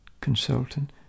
consultant